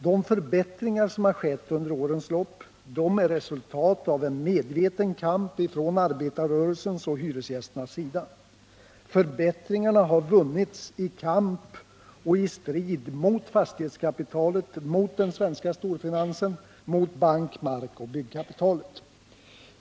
De förbättringar som har skett under årens lopp är resultat av en medveten kamp från arbetarrörelsens och hyresgästernas sida. Förbättringarna har vunnits i kamp och i strid mot fastighetskapitalet, mot den svenska storfinansen, mot bank-, markoch byggkapitalet.